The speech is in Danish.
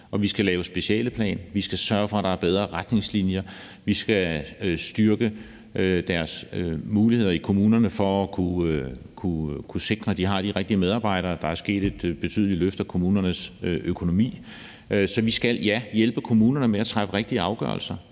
Vi skal lave en specialeplan, vi skal sørge for, at der er bedre retningslinjer, og vi skal styrke kommunernes muligheder for at kunne sikre, at de har de rigtige medarbejdere, og der er sket et betydeligt løft af kommunernes økonomi. Så ja, vi skal hjælpe kommunerne med at træffe de rigtige afgørelser,